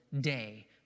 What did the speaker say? day